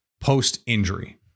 post-injury